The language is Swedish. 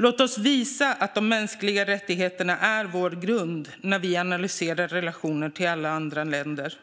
Låt oss visa att de mänskliga rättigheterna är vår grund när vi analyserar relationer till alla andra länder.